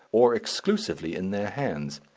or exclusively in their hands.